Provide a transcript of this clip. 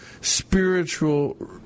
spiritual